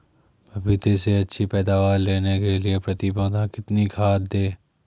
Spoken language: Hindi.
पपीते से अच्छी पैदावार लेने के लिए प्रति पौधा कितनी खाद दें?